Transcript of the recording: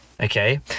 Okay